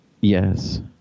Yes